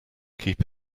keep